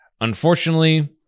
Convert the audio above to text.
unfortunately